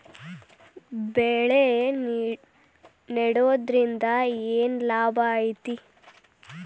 ಬೆಳೆ ನೆಡುದ್ರಿಂದ ಏನ್ ಲಾಭ ಐತಿ?